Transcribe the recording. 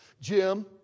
Jim